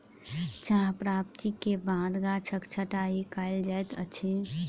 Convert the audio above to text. चाह प्राप्ति के बाद गाछक छंटाई कयल जाइत अछि